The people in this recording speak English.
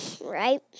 Right